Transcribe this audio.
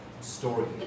story